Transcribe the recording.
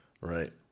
Right